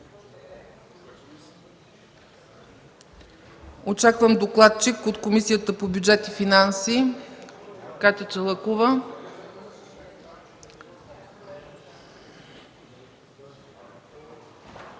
Очаквам докладчик от Комисията по бюджет и финанси. Госпожа